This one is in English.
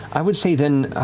i would say then,